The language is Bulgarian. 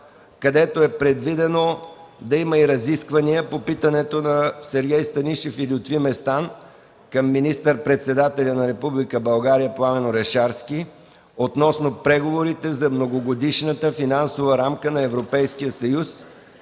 където е предвидено да има разисквания по питането на Сергей Станишев и Лютви Местан към министър-председателя на Република България Пламен Орешарски относно преговорите за Многогодишната финансова рамка на Европейския съюз